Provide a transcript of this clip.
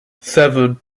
seven